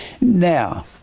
now